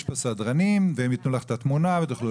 יש פה סדרנים והם יתנו לך את התמונה ותוכלו